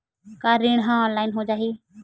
का ऋण ह ऑनलाइन हो जाही?